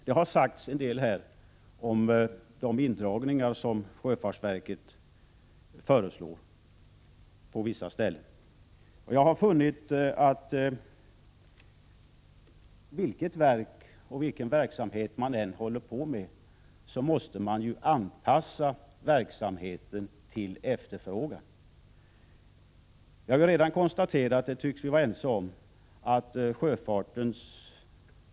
Det har sagts en del om de indragningar som sjöfartsverket föreslår på vissa håll. Vilket verk det än gäller och vilken verksamhet man än håller på med, så måste verksamheten anpassas efter den efterfrågan som finns.